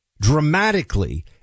dramatically